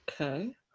Okay